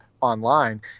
online